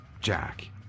Jack